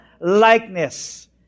likeness